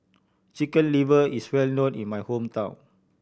Chicken Liver is well known in my hometown